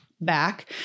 back